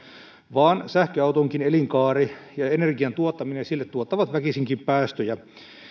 vaan että sähköautonkin elinkaari ja energian tuottaminen sille tuottavat väkisinkin päästöjä